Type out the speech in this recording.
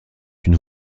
une